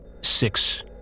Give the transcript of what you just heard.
six